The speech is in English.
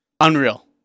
Unreal